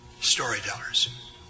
storytellers